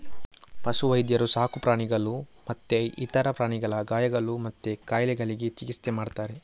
ಪಶು ವೈದ್ಯರು ಸಾಕು ಪ್ರಾಣಿಗಳು ಮತ್ತೆ ಇತರ ಪ್ರಾಣಿಗಳ ಗಾಯಗಳು ಮತ್ತೆ ಕಾಯಿಲೆಗಳಿಗೆ ಚಿಕಿತ್ಸೆ ಮಾಡ್ತಾರೆ